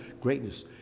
greatness